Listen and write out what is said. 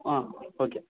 ஆ okay